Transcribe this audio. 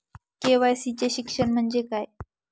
KYC चे शिक्षण म्हणजे काय?